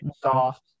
soft